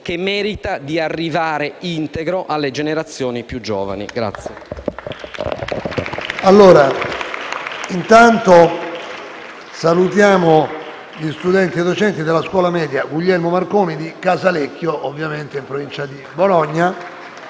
che merita di arrivare integro alle generazioni più giovani.